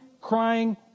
crying